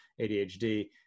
ADHD